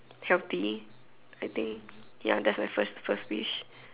healthy I think ya that's my first first wish